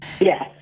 Yes